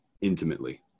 intimately